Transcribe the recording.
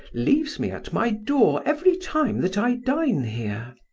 leaves me at my door every time that i dine here.